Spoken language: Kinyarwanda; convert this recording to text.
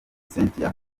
cynthia